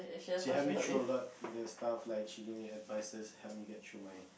she helped me through a lot the stuffs like she give me advices help me get through my